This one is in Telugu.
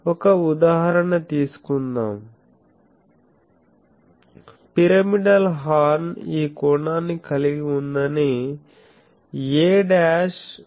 ఒక ఉదాహరణ తీసుకుందాం పిరమిడల్ హార్న్ ఈ కోణాన్ని కలిగి ఉందని a'అనేది 5